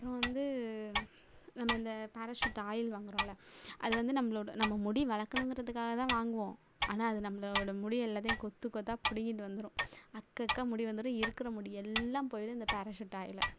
அப்புறம் வந்து நம்ம இந்த பேராசூட் ஆயில் வாங்கிறோம்ல அது வந்து நம்மளோட நம்ம முடி வளர்க்கணுங்கிறதுக்காக தான் வாங்குவோம் ஆனால் அது நம்மளோட முடி எல்லாத்தையும் கொத்து கொத்தா பிடிங்கிட்டு வந்துடும் அக்கக்கா முடி வந்துடும் இருக்கிற முடி எல்லாம் போயிடும் இந்த பேராசூட் ஆயிலில்